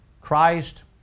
Christ